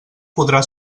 podrà